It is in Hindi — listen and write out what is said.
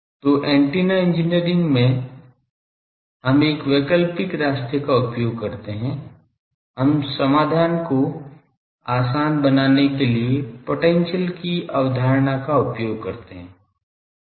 तो एंटीना इंजीनियरिंग में हम एक वैकल्पिक रास्ते का उपयोग करते हैं हम समाधान को आसान बनाने के लिए पोटेंशियल की अवधारणा का उपयोग करते हैं